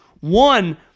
one